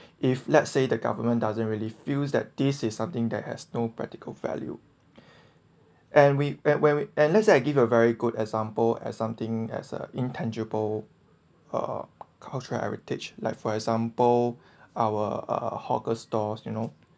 if let's say the government doesn't really feels that this is something that has no practical value and we and w~ and let's say I give a very good example as something as a intangible uh cultural heritage like for example our hawker stores you know